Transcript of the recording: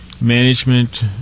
management